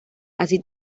así